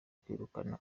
kwirukana